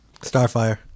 Starfire